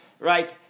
Right